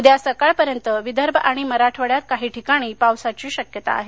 उद्या सकाळपर्यंत विदर्भ आणि मराठवाङ्यात काही ठिकाणी पावसाची शक्यता आहे